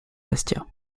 bastia